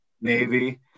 Navy